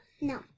No